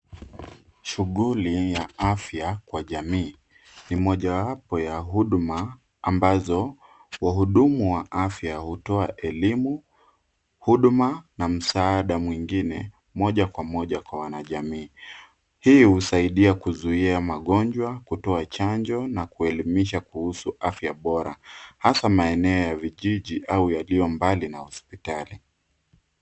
Shughuli ya afya kwa jamii ni mojawapo ya huduma ambazo wahudumu wa afya hutoa elimu, huduma na msaada mwingine moja kwa moja kwa wanajamii. Hii husaidia kuzuia magonjwa, kutoa chanjo na kuelimisha kuhusu afya bora hasa maeneo ya vijiji au yaliyo mbali na hospitali.